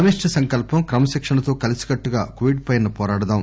సమష్టి సంకల్సం క్రమశిక్షణతో కలిసికట్టుగా కొవిడ్పై పోరాడదాం